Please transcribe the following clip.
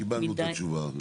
קיבלנו את התשובה.